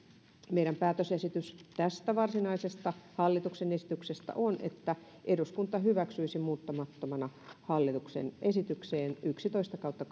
meidän päätösesityksemme tästä varsinaisesta hallituksen esityksestä on että eduskunta hyväksyisi muuttamattomana hallituksen esitykseen yksitoista kautta